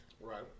right